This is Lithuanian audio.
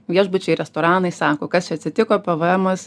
viešbučiai restoranai sako kas čia atsitiko pvmas